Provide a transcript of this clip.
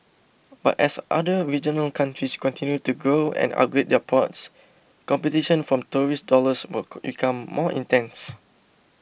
but as other regional countries continue to grow and upgrade their ports competition for tourist dollars will become more intense